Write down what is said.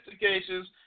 investigations